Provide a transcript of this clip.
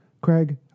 Craig